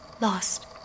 lost